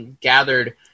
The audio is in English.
gathered